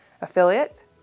Affiliate